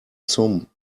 sum